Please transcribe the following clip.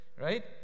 right